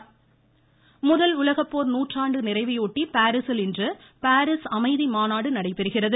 போர் நினைவுதினம் முதல் உலகப்போர் நூற்றாண்டு நிறைவையொட்டி பாரீஸில் இன்று பாரீஸ் அமைதி மாநாடு நடைபெறுகிறது